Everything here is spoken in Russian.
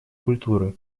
культуры